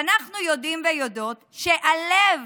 ואנחנו יודעים ויודעות שהלב